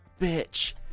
bitch